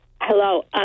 Hello